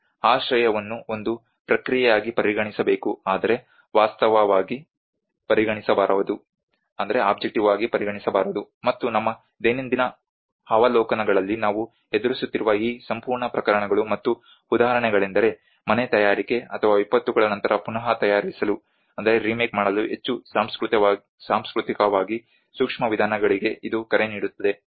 ಆಶ್ರಯವನ್ನು ಒಂದು ಪ್ರಕ್ರಿಯೆಯಾಗಿ ಪರಿಗಣಿಸಬೇಕು ಆದರೆ ವಸ್ತುವಾಗಿ ಪರಿಗಣಿಸಬಾರದು ಮತ್ತು ನಮ್ಮ ದೈನಂದಿನ ಅವಲೋಕನಗಳಲ್ಲಿ ನಾವು ಎದುರಿಸುತ್ತಿರುವ ಈ ಸಂಪೂರ್ಣ ಪ್ರಕರಣಗಳು ಮತ್ತು ಉದಾಹರಣೆಗಳೆಂದರೆ ಮನೆ ತಯಾರಿಕೆ ಅಥವಾ ವಿಪತ್ತುಗಳ ನಂತರ ಪುನಃ ತಯಾರಿಸಲು ಹೆಚ್ಚು ಸಾಂಸ್ಕೃತಿಕವಾಗಿ ಸೂಕ್ಷ್ಮ ವಿಧಾನಗಳಿಗೆ ಇದು ಕರೆ ನೀಡುತ್ತದೆ